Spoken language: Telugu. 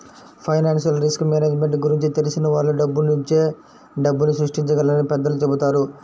ఫైనాన్షియల్ రిస్క్ మేనేజ్మెంట్ గురించి తెలిసిన వాళ్ళు డబ్బునుంచే డబ్బుని సృష్టించగలరని పెద్దలు చెబుతారు